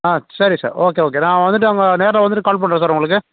ஆ சரி sir okay okay நான் வந்துட்டு அங்கே நேரில் வந்துட்டு கால் பண்ணுறேன் சார் உங்களுக்கு